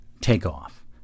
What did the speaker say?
Takeoff